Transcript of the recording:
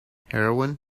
heroine